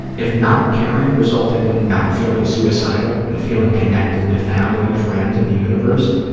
if not caring resulted in not feeling suicidal and feeling connected to family, friends and the universe,